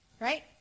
right